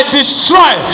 destroy